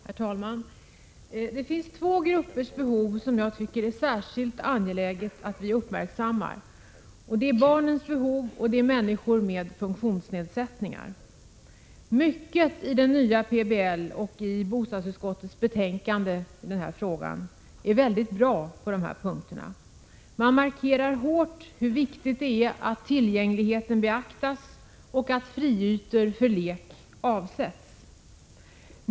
Herr talman! Det finns två grupper vars behov det är särskilt angeläget att uppmärksamma, och det är barn och människor med funktionsnedsättningar. Mycket i den nya PBL och i bostadsutskottets betänkande är bra på dessa punkter. Man markerar hårt hur viktigt det är att tillgängligheten beaktas och att friytor för lek avsätts.